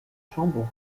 chambon